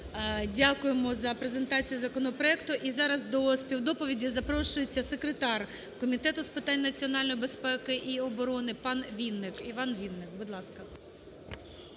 Дякуємо за презентацію законопроекту. І зараз до співдоповіді запрошується секретар Комітету з питань національної безпеки і оборони панВінник. Іван Вінник, будь ласка.